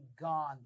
gone